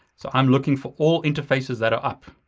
so i'm looking for all interfaces that are up.